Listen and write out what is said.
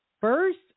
first